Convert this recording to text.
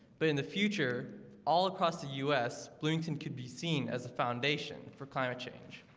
but in the future all across the u s bloomington could be seen as a foundation for climate change